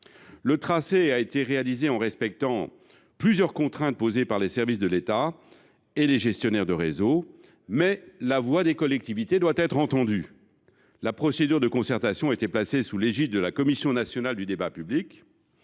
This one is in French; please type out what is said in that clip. Le tracé a été réalisé en respectant plusieurs contraintes posées par les services de l’État et les gestionnaires de réseaux, mais la voix des collectivités doit être entendue. La procédure de concertation a été placée sous l’égide de la Commission nationale du débat public